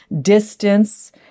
distance